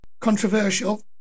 controversial